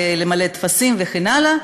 למלא טפסים וכן הלאה,